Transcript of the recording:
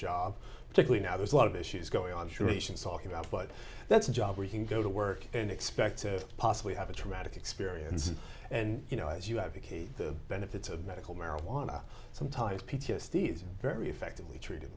job particularly now there's a lot of issues going on surely she is talking about but that's a job where you can go to work and expect to possibly have a traumatic experience and you know as you advocate the benefits of medical marijuana sometimes p t s d is very effectively treated